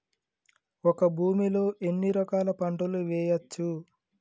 ఒక భూమి లో ఎన్ని రకాల పంటలు వేయచ్చు?